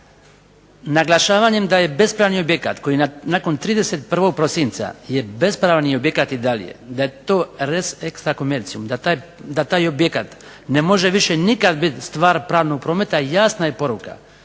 Naglašavanjem da je bespravni objekat koji nakon 31. prosinca je bespravni objekat i dalje da to res extra commercium, da taj objekat ne može više nikada biti stvar pravnog prometa jasna je poruka